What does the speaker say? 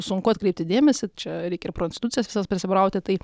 sunku atkreipti dėmesį čia reikia ir pro institucijas visas prasibrauti tai